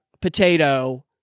Potato